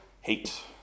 Hate